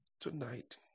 tonight